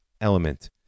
element